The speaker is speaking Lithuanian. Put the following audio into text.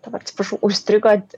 dabar atsiprašau užstrigo